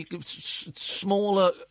Smaller